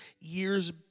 years